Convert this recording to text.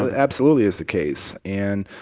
absolutely is the case. and,